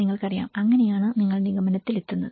നിങ്ങൾക്കറിയാം അങ്ങനെയാണ് നിങ്ങൾ നിഗമനത്തിലെത്തുന്നത്